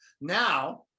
Now